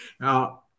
Now